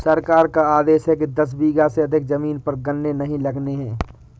सरकार का आदेश है कि दस बीघा से अधिक जमीन पर गन्ने नही लगाने हैं